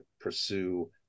pursue